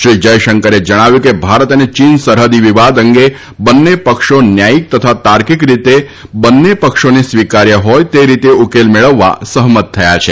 શ્રી જયશંકરે જણાવ્યું કે ભારત અને ચીન સરહદી વિવાદ અંગે બંને પક્ષો ન્યાયીક તથા તાર્કિક રીતે બંને પક્ષોને સ્વીકાર્ય હોય તે રીતે ઉકેલ મેળવવા સહમત થયા છે